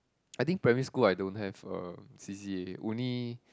I think primary school I don't have a C_C_A only